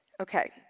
Okay